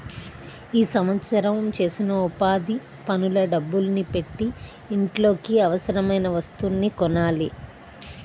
ఈ సంవత్సరం చేసిన ఉపాధి పనుల డబ్బుల్ని పెట్టి ఇంట్లోకి అవసరమయిన వస్తువుల్ని కొనాలి